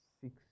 six